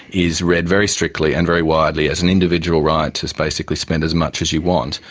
is read very strictly and very widely as an individual right to basically spend as much as you want.